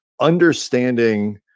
Understanding